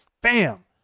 Bam